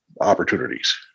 opportunities